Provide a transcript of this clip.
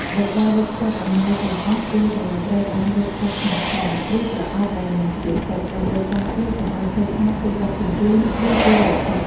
ដោយការវេចខ្ចប់អំណោយទាំងអស់គួរតែត្រូវបានវេចខ្ចប់ក្នុងថង់ ឬប្រអប់ដែលមិនជ្រាបទឹក ដើម្បីការពារកុំឱ្យខូចខាតពេលដឹកជញ្ជូន ឬពេលលិចទឹក។